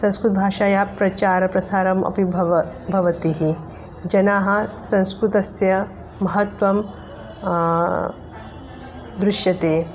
संस्कृतभाषायाः प्रचारप्रसारम् अपि भवति भवति जनाः संस्कृतस्य महत्त्वं दृश्यते